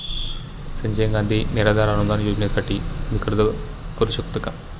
संजय गांधी निराधार अनुदान योजनेसाठी मी अर्ज करू शकते का?